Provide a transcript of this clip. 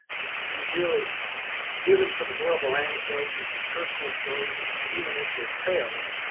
you've you've really given some horrible anecdotes and some personal stories and some human interest tales,